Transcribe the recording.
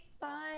bye